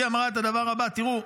היא אמרה את הדבר הבא: תראו,